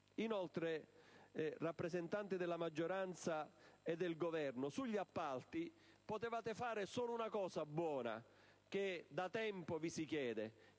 Inoltre, rappresentanti della maggioranza e del Governo, sugli appalti potevate fare solo una cosa buona che da tempo vi si chiede,